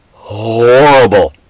Horrible